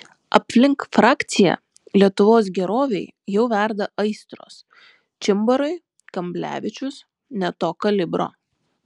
aplink frakciją lietuvos gerovei jau verda aistros čimbarui kamblevičius ne to kalibro